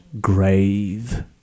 grave